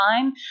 time